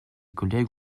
collègues